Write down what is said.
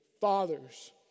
fathers